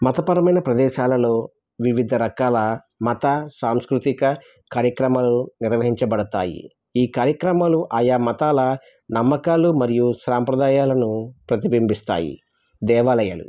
మతపరమైన ప్రదేశాలలో వివిధ రకాల మత సాంస్కృతిక కార్యక్రమాలు నిర్వహించబడతాయి ఈ కార్యక్రమాలు ఆయా మతాల నమ్మకాలు మరియు సాంప్రదాయాలను ప్రతిబింబిస్తాయి దేవాలయాలు